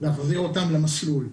אותם למסלול.